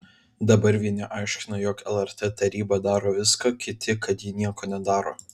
dabar vieni aiškina jog lrt taryba daro viską kiti kad ji nieko nedaro